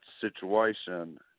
situation